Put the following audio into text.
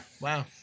wow